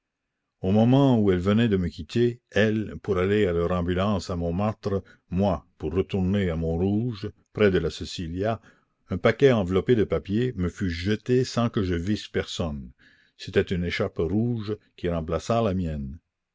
au moment où elles venaient de me quitter elles pour aller à leur ambulance à montmartre moi pour retourner à montrouge près de la cecillia un paquet enveloppé de papier me fut jeté sans que je visse personne c'était une écharpe rouge qui remplaça la mienne